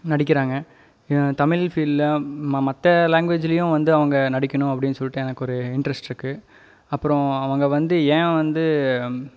நடிக்கிறாங்க தமிழ் ஃபீல்டில் ம மற்ற லேங்வேஜுலையும் வந்து அவங்க நடிக்கனும் அப்படின் சொல்லிட்டு எனக்கு ஒரு இன்ட்ரெஸ்ட்டுருக்கு அப்புறோம் அவங்க வந்து ஏன் வந்து